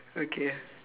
okay